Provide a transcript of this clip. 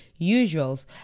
usuals